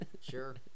Sure